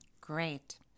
Great